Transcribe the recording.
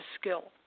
skill